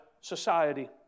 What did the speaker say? society